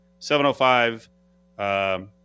7.05